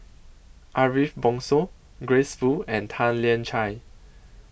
Ariff Bongso Grace Fu and Tan Lian Chye